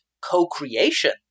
co-creation